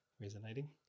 Resonating